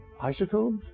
isotopes